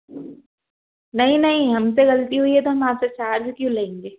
नहीं नहीं हमसे गलती हुई है तो हम आपसे चार्ज ही क्यों लेंगे